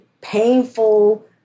painful